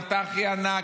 אתה הכי ענק,